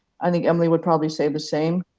i think emily would probably say the same?